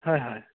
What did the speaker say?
হয় হয়